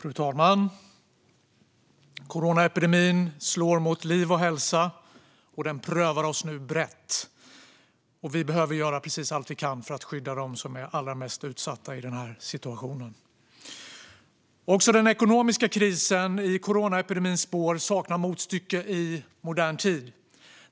Fru talman! Coronaepidemin slår mot liv och hälsa, den prövar oss nu brett och vi behöver göra precis allt vi kan för att skydda dem som är allra mest utsatta i denna situation. Också den ekonomiska krisen i coronaepidemins spår saknar motstycke i modern tid.